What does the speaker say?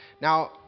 Now